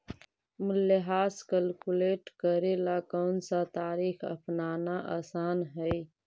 मूल्यह्रास कैलकुलेट करे ला कौनसा तरीका अपनाना आसान हई